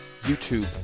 YouTube